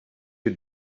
you